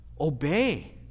Obey